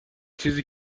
چیزی